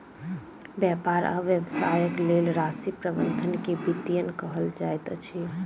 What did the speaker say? व्यापार आ व्यवसायक लेल राशि प्रबंधन के वित्तीयन कहल जाइत अछि